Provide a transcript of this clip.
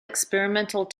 experimental